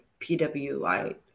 PwI